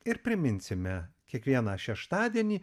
ir priminsime kiekvieną šeštadienį